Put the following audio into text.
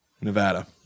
Nevada